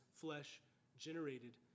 flesh-generated